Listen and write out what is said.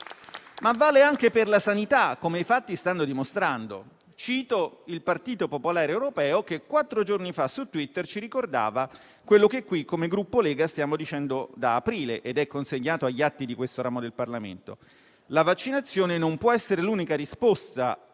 ma vale anche per la sanità, come i fatti stanno dimostrando. Cito il Partito Popolare Europeo, che quattro giorni fa su Twitter ci ricordava quanto qui, come Gruppo Lega, stiamo dicendo da aprile ed è consegnato agli atti di questo ramo del Parlamento, ossia che la vaccinazione non può essere l'unica risposta